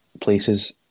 Places